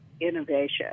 innovation